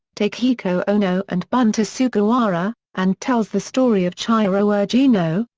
takehiko ono and bunta sugawara, and tells the story of chihiro ogino,